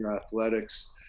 athletics